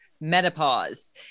menopause